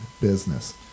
business